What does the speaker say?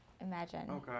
imagine